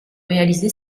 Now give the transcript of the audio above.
réaliser